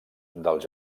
dels